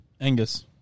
Angus